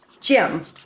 Jim